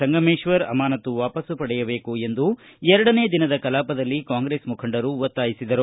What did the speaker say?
ಸಂಗಮೇಶ್ವರ್ ಅಮಾನತು ವಾಪಸ್ ಪಡೆಯಬೇಕು ಎಂದು ಎರಡನೇ ದಿನದ ಕಲಾಪದಲ್ಲಿ ಕಾಂಗ್ರೆಸ್ ಮುಖಂಡರು ಒತ್ತಾಯಿಸಿದರು